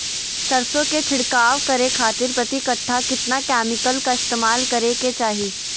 सरसों के छिड़काव करे खातिर प्रति कट्ठा कितना केमिकल का इस्तेमाल करे के चाही?